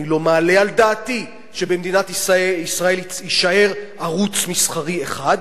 אני לא מעלה על דעתי שבמדינת ישראל יישאר ערוץ מסחרי אחד.